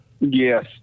Yes